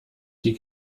die